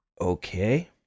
okay